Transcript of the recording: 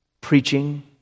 preaching